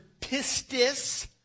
pistis